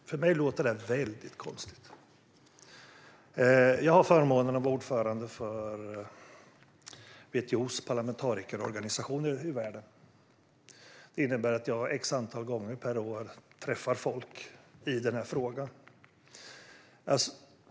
Herr talman! För mig låter detta väldigt konstigt. Jag har förmånen att vara ordförande för WTO:s parlamentarikerorganisation i världen. Det innebär att jag ett antal gånger per år träffar folk för att diskutera denna fråga.